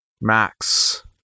Max